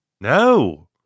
No